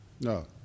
No